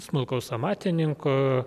smulkaus amatininko